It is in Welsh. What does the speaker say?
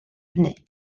hynny